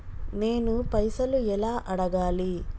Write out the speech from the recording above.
నేను పైసలు ఎలా అడగాలి?